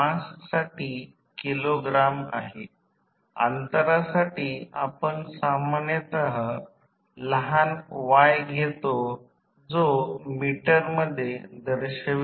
चांगल्या प्रकारे डिझाइन केलेल्या ट्रान्सफॉर्मर साठी सामान्यत X1 X2 कोणत्याही बाजूने संदर्भित होते